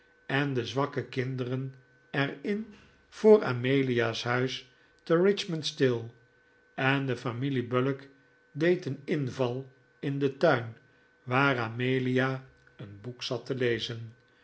en de zwakke kinderen er in voor amelia's huis te richmond stil en de familie bullock deed een inval in den tuin waar amelia een boek zat te lezen